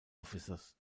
officers